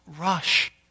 rush